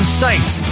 sites